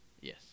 yes